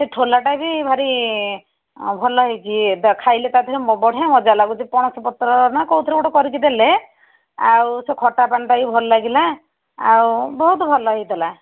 ସେ ଠୋଲାଟା ବି ଭାରି ଭଲ ହେଇଛି ଖାଇଲେ ତା ଧିଅରେ ବଢ଼ିଆ ମଜା ଲାଗୁଛି ପଣସପତ୍ର ନା କେଉଁଥିରେ ଗୋଟେ କରିକି ଦେଲେ ଆଉ ସେ ଖଟା ପାଣିଟା ବି ଭଲ ଲାଗିଲା ଆଉ ବହୁତ ଭଲ ହେଇଥିଲା